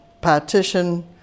partition